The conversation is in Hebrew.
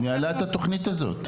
היא ניהלה את התוכנית הזאת.